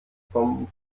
vom